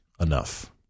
enough